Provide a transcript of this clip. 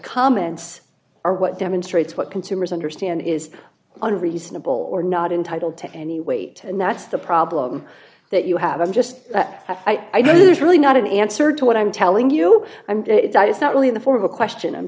comments are what demonstrates what consumers understand is unreasonable or not entitle to any weight and that's the problem that you have i'm just that i believe there's really not an answer to what i'm telling you i'm not really in the form of a question i'm